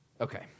Okay